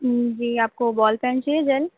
جی آپ کو ball pen چاہیے جیل